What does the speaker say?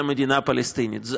למדינה הפלסטינית.